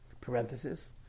Parenthesis